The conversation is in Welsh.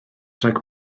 rhag